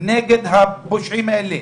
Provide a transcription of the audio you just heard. נגד הפושעים האלה.